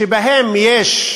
שבהן יש,